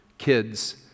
kids